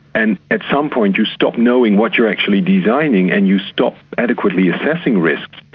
and at some point you stop knowing what you're actually designing and you stop adequately assessing risk,